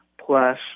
plus